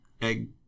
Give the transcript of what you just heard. egg